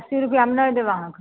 अस्सी रुपैआमे नहि देब अहाँके